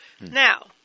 Now